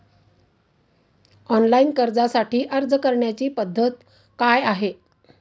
Online कर्जासाठी अर्ज करण्याची पद्धत काय आहे?